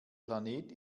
planet